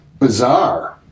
bizarre